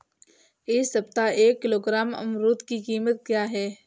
इस सप्ताह एक किलोग्राम अमरूद की कीमत क्या है?